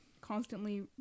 constantly